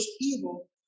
evil